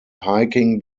hiking